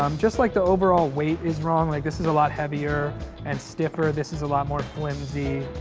um just like the overall weight is wrong, like this is a lot heavier and stiffer, this is a lot more flimsy.